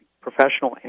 professional